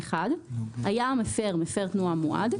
(1)היה המפר מפר תנועה מועד,